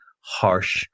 harsh